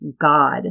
God